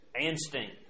Instinct